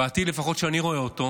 בעתיד שאני רואה לפחות,